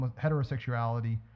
heterosexuality